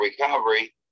recovery